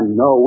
no